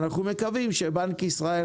או מקווים שבנק ישראל,